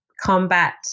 combat